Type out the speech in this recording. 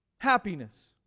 Happiness